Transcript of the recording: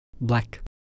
Black